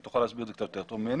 היא תוכל להסביר את זה יותר טוב ממני.